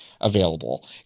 available